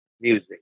music